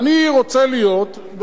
אני רוצה להיות שותף,